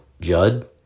Judd